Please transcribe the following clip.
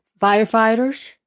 firefighters